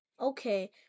Okay